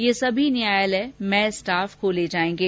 ये समी न्यायालय मय स्टाफ खोले जायेंगे